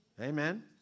Amen